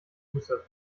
fuße